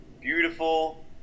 beautiful